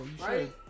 right